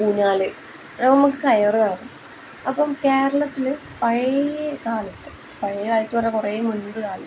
ഊഞ്ഞാൽ നമുക്ക് കയറ് വേണം അപ്പം കേരളത്തിൽ പഴയ കാലത്ത് പഴയ കാലത്ത് പറഞ്ഞാൽ കുറേ മുൻപ് കാലത്ത്